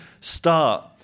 start